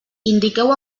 indiqueu